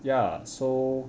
ya so